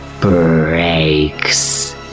Breaks